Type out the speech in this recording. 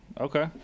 okay